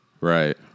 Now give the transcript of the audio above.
Right